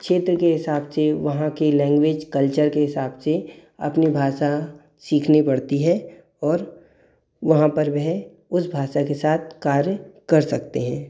क्षेत्र के हिंसाब से वहाँ के लैंग्वेज कल्चर के हिसाब से अपनी भाषा सीखनी पड़ती है और वहाँ पर वे उस भाषा के साथ कार्य कर सकते हैं